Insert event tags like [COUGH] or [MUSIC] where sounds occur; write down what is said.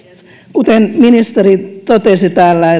kuten ministeri totesi täällä [UNINTELLIGIBLE]